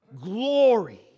glory